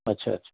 अच्छा अच्छा